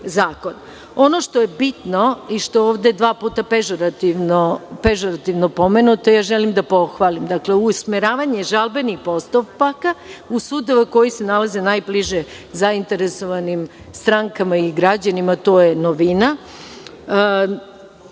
što je bitno i što je ovde dva puta pežorativno pomenuto, to želim da pohvalim. Dakle, usmeravanje žalbenih postupaka u sudove koji se nalaze najbliže zainteresovanim strankama i građanima, to je novina.